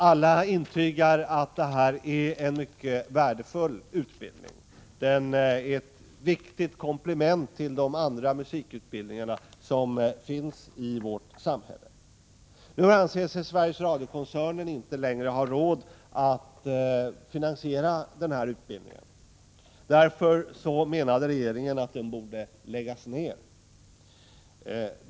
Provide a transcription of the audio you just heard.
Alla intygar att detta är en mycket värdefull utbildning. Den är ett viktigt komplement till de andra musikutbildningar som finns i vårt samhälle. Nu anser sig Sveriges Radio-koncernen inte längre ha råd att finansiera denna utbildning. Därför menade regeringen att den borde läggas ned.